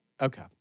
Okay